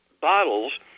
bottles